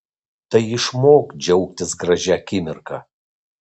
tai išmok džiaugtis gražia akimirka